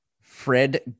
fred